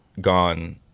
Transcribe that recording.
gone